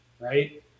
right